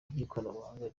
ry’ikoranabuhanga